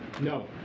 No